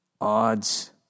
Odds